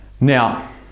Now